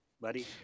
buddy